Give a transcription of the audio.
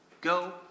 Go